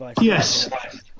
Yes